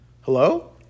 hello